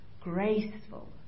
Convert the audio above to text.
graceful